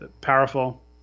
powerful